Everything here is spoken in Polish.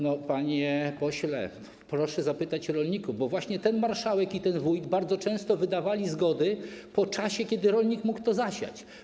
No, panie pośle, proszę zapytać o to rolników, bo właśnie ten marszałek i ten wójt bardzo często wydawali zgody po czasie, gdy minął czas, kiedy rolnik mógł to zasiać.